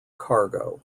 cargo